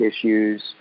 issues